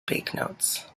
banknotes